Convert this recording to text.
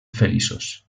feliços